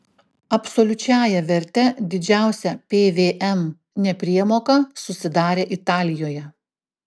absoliučiąja verte didžiausia pvm nepriemoka susidarė italijoje